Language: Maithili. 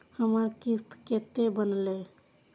हमर किस्त कतैक बनले?